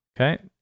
Okay